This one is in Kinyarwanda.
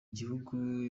gihugu